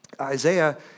Isaiah